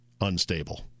unstable